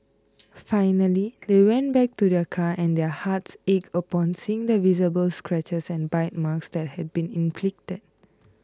finally they went back to their car and their hearts ached upon seeing the visible scratches and bite marks that had been inflicted